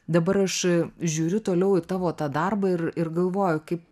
dabar aš žiūriu toliau į tavo tą darbą ir ir galvoju kaip